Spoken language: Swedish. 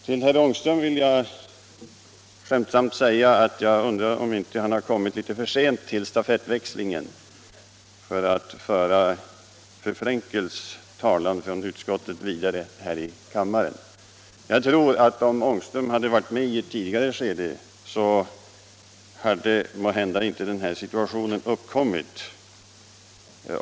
Till herr Ångström vill jag skämtsamt säga att jag undrar om han inte kommit litet för sent till stafettväxlingen för att föra fru Frenkels talan från utskottet vidare här i kammaren. Jag tror att om herr Ångström hade varit med i ett tidigare skede så hade måhända inte den här situationen uppkommit.